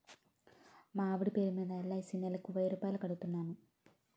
మా ఆవిడ పేరు మీద ఎల్.ఐ.సి నెలకు వెయ్యి రూపాయలు కడుతున్నాను